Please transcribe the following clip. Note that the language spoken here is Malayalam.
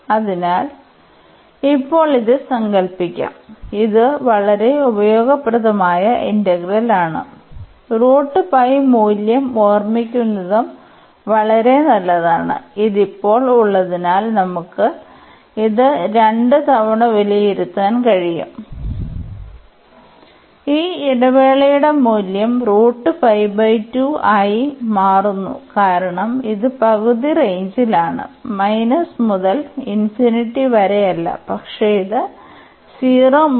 അതിനാൽ ഇപ്പോൾ ഇത് സങ്കല്പിക്കാംഇത് വളരെ ഉപയോഗപ്രദമായ ഇന്റഗ്രലാണ് മൂല്യം ഓർമിക്കുന്നതും വളരെ നല്ലതാണ് ഇത് ഇപ്പോൾ ഉള്ളതിനാൽ നമുക്ക് ഇത് 2 തവണ വിലയിരുത്താൻ കഴിയും ഈ ഇടവേളയുടെ മൂല്യം ആയി മാറുന്നു കാരണം ഇത് പകുതി റേഞ്ചിലാണ് മൈനസ് മുതൽ ഇൻഫിനിറ്റി വരെയല്ല പക്ഷേ ഇത് 0 മുതൽ